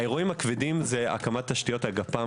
האירועים הכבדים הם הקמת תשתיות הגפ"מ